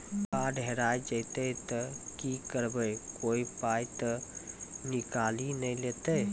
Card हेरा जइतै तऽ की करवै, कोय पाय तऽ निकालि नै लेतै?